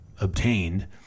obtained